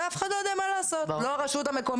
ואף אחד לא יודע מה לעשות לא הרשות המקומית,